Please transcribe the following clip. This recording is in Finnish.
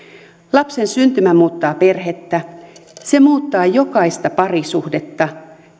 lapsen syntymä muuttaa perhettä se muuttaa jokaista parisuhdetta